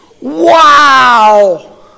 Wow